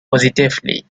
positively